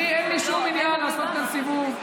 אני, אין לי שום עניין לעשות כאן סיבוב.